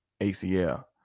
ACL